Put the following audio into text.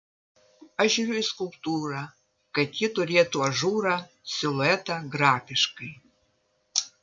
aš žiūriu į skulptūrą kad ji turėtų ažūrą siluetą grafiškai